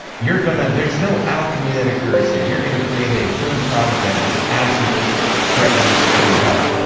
you're gonna, there's no alchemy that occurs here. you're gonna create a food product that is absolutely threatening to your health.